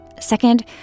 Second